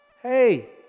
Hey